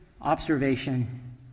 observation